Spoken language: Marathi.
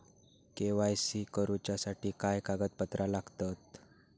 के.वाय.सी करूच्यासाठी काय कागदपत्रा लागतत?